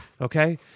Okay